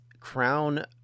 crown